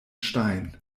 stein